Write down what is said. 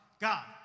God